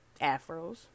afros